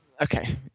okay